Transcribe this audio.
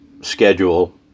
schedule